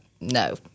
No